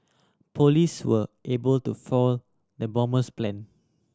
police were able to foil the bomber's plan